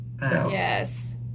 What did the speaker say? yes